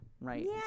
right